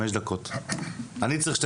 תודה